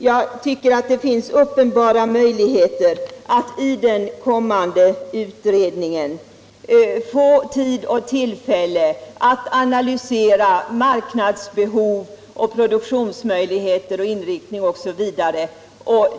Det bör finnas goda möjligheter för den kommande utredningen att få tid och tillfälle att analysera marknadsbehov, produktionsmöjligheter, produktionsinriktning osv.